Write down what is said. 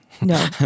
no